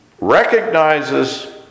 recognizes